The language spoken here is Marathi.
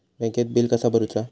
बँकेत बिल कसा भरुचा?